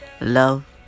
love